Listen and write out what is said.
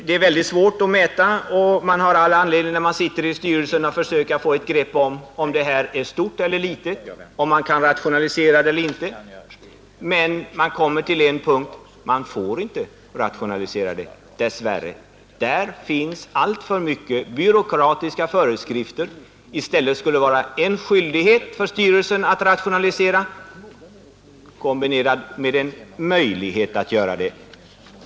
Det är svårt att göra sådana mätningar när man sitter i styrelsen och försöker få ett grepp om huruvida antalet anställda är stort eller litet och bedöma om man kan rationalisera eller inte, men till slut kommer man ändå fram till att man dess värre inte får rationalisera. Det finns alltför många byråkratiska föreskrifter. I stället borde det vara en skyldighet för styrelsen att rationalisera, kombinerad med en möjlighet att göra det.